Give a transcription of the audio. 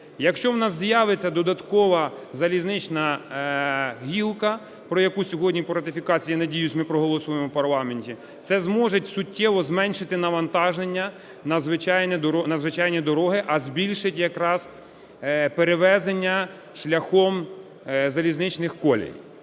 Якщо у нас з'явиться додаткова залізнична гілка, про яку сьогодні по ратифікації, я надіюсь, ми проголосуємо в парламенті, це зможе суттєво зменшити навантаження на звичайні дороги, збільшить якраз перевезення шляхом залізничних колій.